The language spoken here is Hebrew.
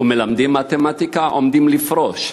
ומלמדים מתמטיקה, עומדים לפרוש,